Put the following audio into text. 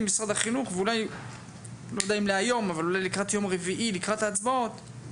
אולי לקראת ההצבעות ביום רביעי,